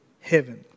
heaven